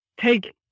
take